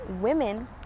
women